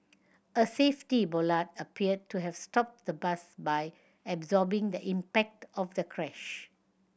a safety bollard appeared to have stopped the bus by absorbing the impact of the crash